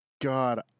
God